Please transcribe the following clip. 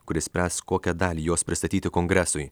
kuris spręs kokią dalį jos pristatyti kongresui